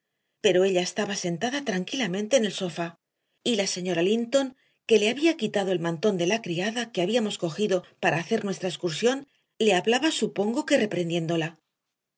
pero ella estaba sentada tranquilamente en el sofá y la señora linton que le había quitado el mantón de la criada que habíamos cogido para hacer nuestra excursión le hablaba supongo que reprendiéndola